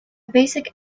basic